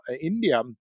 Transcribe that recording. India